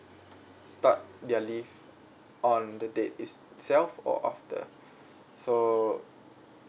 start their leave on the date itself or after so